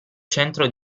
centro